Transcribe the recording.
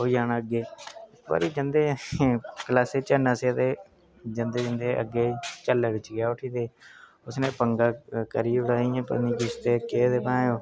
school अस पढ़ने गी आए दे साढ़े घरा आह्ले आखदे स्कूल पढ़ने गी जाओ कम्म अच्छा करो पढ़ी लिखी कुछ अच्छा बनो